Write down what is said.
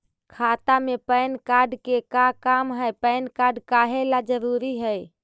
खाता में PAN card के का काम है पैन कार्ड काहे ला जरूरी है?